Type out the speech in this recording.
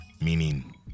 meaning